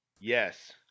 Yes